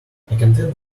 contented